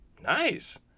Nice